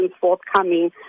forthcoming